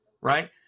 right